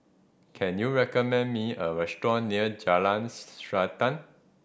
can you recommend me a restaurant near Jalan Srantan